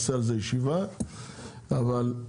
מיכל,